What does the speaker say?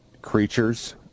creatures